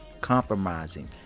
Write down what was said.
compromising